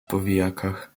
powijakach